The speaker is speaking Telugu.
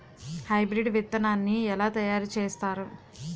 హైబ్రిడ్ విత్తనాన్ని ఏలా తయారు చేస్తారు?